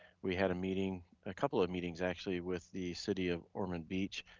we had a meeting, a couple of meetings actually with the city of ormond beach,